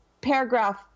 paragraph